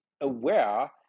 aware